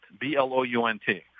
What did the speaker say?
B-L-O-U-N-T